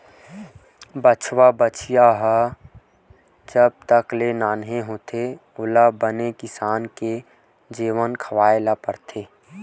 बछवा, बछिया ह जब तक ले नान्हे होथे ओला बने किसम के जेवन खवाए बर परथे